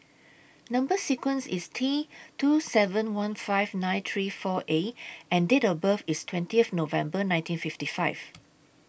Number sequence IS T two seven one five nine three four A and Date of birth IS twentieth November nineteen fifty five